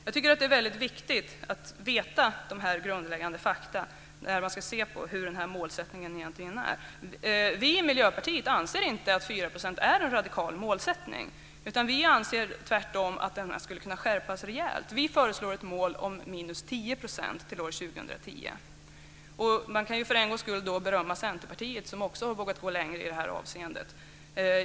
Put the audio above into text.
Jag tycker att det är väldigt viktigt att känna till dessa grundläggande fakta när man ska bedöma hur målsättningen egentligen ser ut. Vi i Miljöpartiet anser inte att 4 % är en radikal målsättning. Vi anser tvärtom att den skulle kunna skärpas rejält. Vi föreslår ett mål på 10 % till år 2010. Man kan för en gångs skull berömma Centerpartiet, som också har vågat gå längre i det här avseendet.